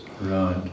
Right